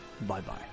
Bye-bye